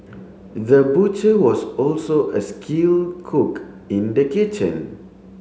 the butcher was also a skill cook in the kitchen